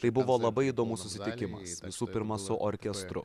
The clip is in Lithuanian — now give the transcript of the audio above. tai buvo labai įdomus susitikimas visų pirma su orkestru